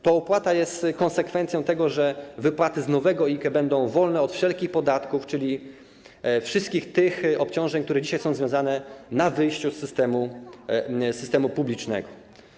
Ta opłata jest konsekwencją tego, że wypłaty z nowego IKE będą wolne od wszelkich podatków, czyli wszystkich tych obciążeń, które dzisiaj są związane z wyjściem z systemu publicznego.